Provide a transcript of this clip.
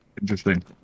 Interesting